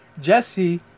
Jesse